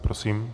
Prosím.